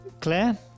Claire